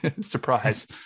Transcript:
Surprise